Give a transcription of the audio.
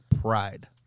Pride